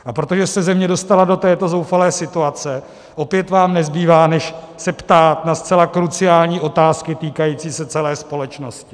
A protože se země dostala do této zoufalé situace, opět nám nezbývá, než se ptát na zcela kruciální otázky týkající se celé společnosti.